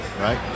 right